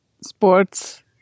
sports